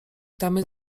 tamy